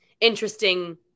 interesting